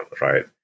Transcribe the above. right